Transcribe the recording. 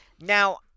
Now